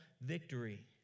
victory